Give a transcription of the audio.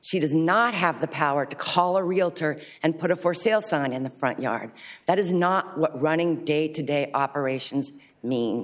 she does not have the power to call a realtor and put a for sale sign in the front yard that is not what running day to day operations mean